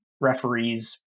referees